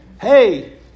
hey